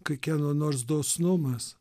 kai kieno nors dosnumas